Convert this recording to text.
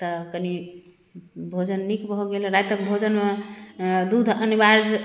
तऽ कनि भोजन नीक भऽ गेल रातिक भोजनमे दूध अनिवार्य